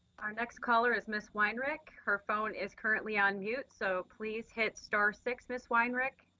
our next caller is ms. weinrich, her phone is currently on mute, so please hit star-six, ms. weinrich.